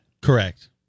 Correct